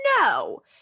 no